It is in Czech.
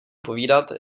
povídat